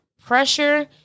pressure